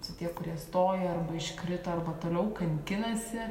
su tie kurie stoja arba iškrito arba toliau kankinasi